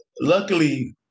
Luckily